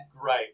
Great